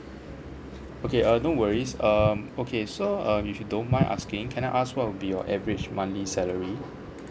okay err no worries um okay so um if you don't mind asking can I ask what would be your average monthly salary